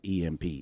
EMP